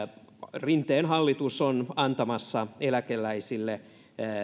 rinteen hallitus on antamassa eläkeläisille